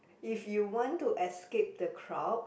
if you want to escape the crowd